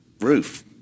roof